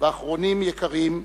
ואחרונים יקרים,